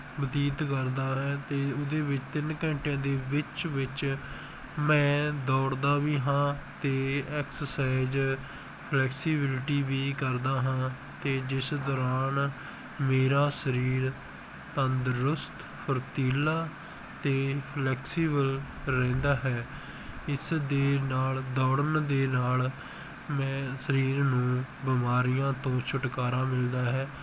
ਬਤੀਤ ਕਰਦਾ ਹੈ ਅਤੇ ਉਹਦੇ ਵੀ ਤਿੰਨ ਘੰਟਿਆਂ ਦੇ ਵਿੱਚ ਵਿੱਚ ਮੈਂ ਦੌੜਦਾ ਵੀ ਹਾਂ ਅਤੇ ਐਕਸਰਸੈਜ ਫਲੈਕਸੀਬਿਲਟੀ ਵੀ ਕਰਦਾ ਹਾਂ ਅਤੇ ਜਿਸ ਦੌਰਾਨ ਮੇਰਾ ਸਰੀਰ ਤੰਦਰੁਸਤ ਫੁਰਤੀਲਾ ਅਤੇ ਫਲੈਕਸੀਬਲ ਰਹਿੰਦਾ ਹੈ ਇਸ ਦੇ ਨਾਲ ਦੌੜਨ ਦੇ ਨਾਲ ਮੈਂ ਸਰੀਰ ਨੂੰ ਬਿਮਾਰੀਆਂ ਤੋਂ ਛੁਟਕਾਰਾ ਮਿਲਦਾ ਹੈ